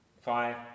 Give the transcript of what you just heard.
five